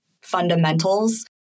fundamentals